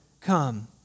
come